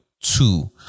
two